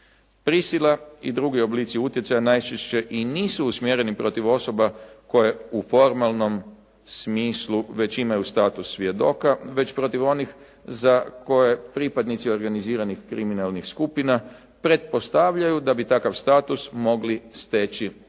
Prisila i drugi oblici utjecaja najčešće i nisu usmjereni protiv osobe koje u formalnom smislu već imaju status svjedoka, već protiv onih za koje pripadnici organiziranih kriminalnih skupina pretpostavljaju da bi takav status mogli steći tijekom